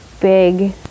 big